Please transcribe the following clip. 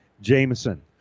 Jameson